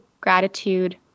gratitude